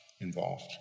involved